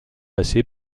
passer